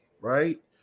Right